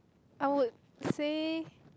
I would say